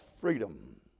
freedom